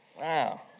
Wow